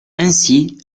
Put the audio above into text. ainsi